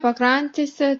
pakrantėse